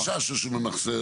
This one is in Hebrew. החשש הוא שהוא ממחסר.